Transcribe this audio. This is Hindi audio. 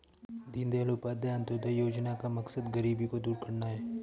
दीनदयाल उपाध्याय अंत्योदय योजना का मकसद गरीबी को दूर करना है